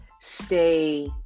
stay